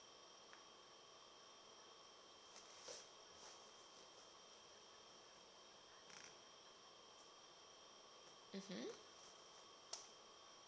mmhmm